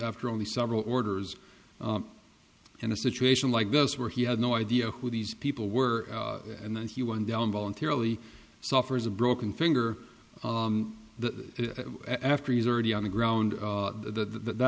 after only several orders in a situation like this where he had no idea who these people were and then he went down voluntarily suffers a broken finger the after he's already on the ground the th